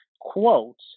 quotes